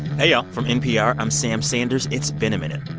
hey, y'all. from npr, i'm sam sanders. it's been a minute.